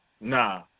Nah